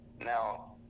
Now